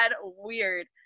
weird